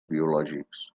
biològics